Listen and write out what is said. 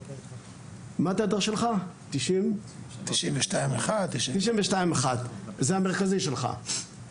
מה התדר שלך, 92.1, זה המרכזי שלך.